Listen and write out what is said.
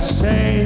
say